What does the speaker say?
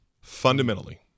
fundamentally